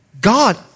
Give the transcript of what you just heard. God